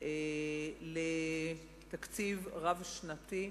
תקציב רב-שנתי,